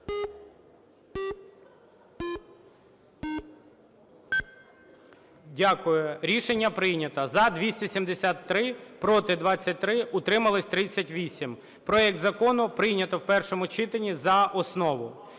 Дякую. Рішення прийнято. За – 273, проти – 23, утримались - 38. Проект закону прийнято в першому читанні за основу.